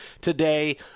today